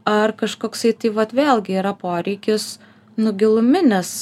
ar kažkoksai tai vat vėlgi yra poreikis nu giluminis